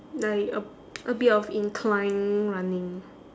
like a a bit of inclined running